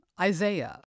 Isaiah